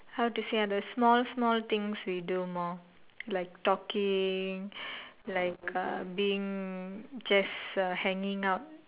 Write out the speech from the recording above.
how to say ah the small small things we do more like talking like being uh just hanging out